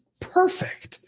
perfect